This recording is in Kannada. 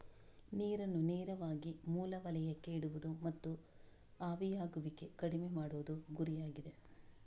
ನೀರನ್ನು ನೇರವಾಗಿ ಮೂಲ ವಲಯಕ್ಕೆ ಇಡುವುದು ಮತ್ತು ಆವಿಯಾಗುವಿಕೆ ಕಡಿಮೆ ಮಾಡುವುದು ಗುರಿಯಾಗಿದೆ